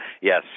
Yes